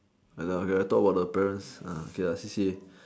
like that okay I talk about the parents uh okay ah C_C_A